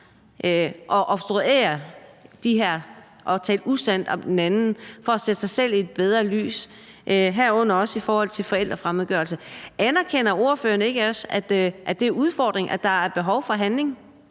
at obstruere det her og tale usandt om den anden for at sætte sig selv i et bedre lys, herunder også i forhold til forælderfremmedgørelse. Anerkender ordføreren ikke også, at det er udfordringen, og at der er behov for handling?